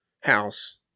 house